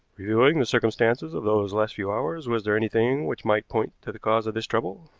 reviewing the circumstances of those last few hours, was there anything which might point to the cause of this trouble?